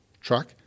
truck